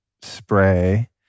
spray